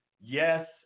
yes